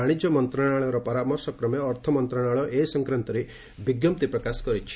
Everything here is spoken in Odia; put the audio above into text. ବାଣିଜ୍ୟ ମନ୍ତ୍ରଣାଳୟର ପରାମର୍ଶ କ୍ରମେ ଅର୍ଥମନ୍ତ୍ରଣାଳୟ ଏ ସଂକ୍ରାନ୍ତରେ ବିଜ୍ଞପ୍ତି ପ୍ରକାଶ କରିଛି